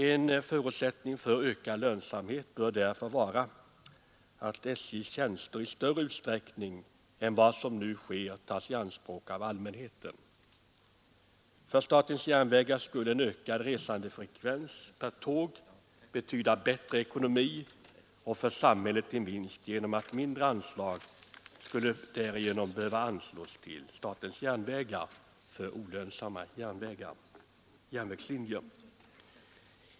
En förutsättning för ökad lönsamhet bör därför vara att SJ:s tjänster i större utsträckning än vad som nu sker tas i anspråk av allmänheten. För statens järnvägar skulle en ökad resandefrekvens på tågen betyda bättre ekonomi och för samhället en vinst genom att mindre anslag därigenom skulle behöva ges till SJ för olönsamma järnvägslinjer.